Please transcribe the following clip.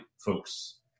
folks